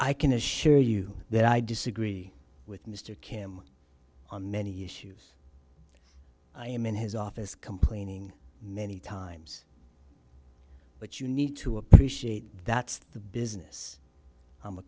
i can assure you that i disagree with mr kim on many issues i am in his office complaining many times but you need to appreciate that's the business i'm a